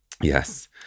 yes